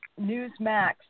Newsmax